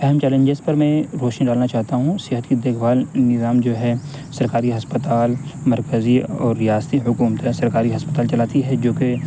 اہم چیلنجز پر میں روشنی ڈالنا چاہتا ہوں صحت کی دیکھ بھال نظام جو ہے سرکاری ہسپتال مرکزی اور ریاستی حکومتیں سرکاری ہسپتال چلاتی ہے جوکہ